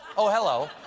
oh, hello.